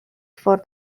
for